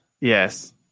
Yes